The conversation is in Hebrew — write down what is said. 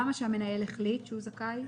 למה "שהמנהל החליט שהוא זכאי"?